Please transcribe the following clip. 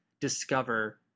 discover